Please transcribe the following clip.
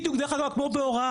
בדיוק דרך אגב כמו בהוראה.